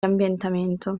ambientamento